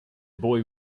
boy